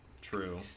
True